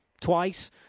twice